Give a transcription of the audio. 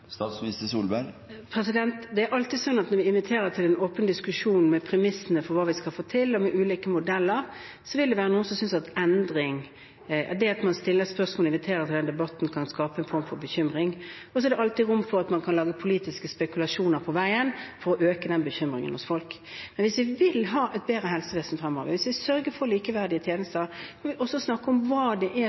Det er alltid sånn at når vi inviterer til en åpen diskusjon om premissene for hva vi skal få til, og om ulike modeller, vil det være noen som synes at endring og det at man stiller spørsmål og inviterer til denne debatten, kan skape en form for bekymring. Det er også alltid rom for at man på veien kan lage politiske spekulasjoner for å øke den bekymringen hos folk. Men hvis vi vil ha et bedre helsevesen fremover, hvis vi sørger for likeverdige tjenester, må vi også snakke om hva det er